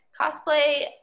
Cosplay